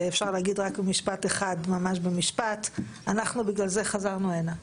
אפשר להגיד במשפט אחד שבגלל זה חזרנו הנה.